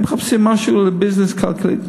הם מחפשים משהו לביזנס כלכלי.